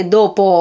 dopo